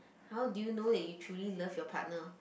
how do you know that you truly love your partner